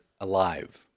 alive